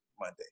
Monday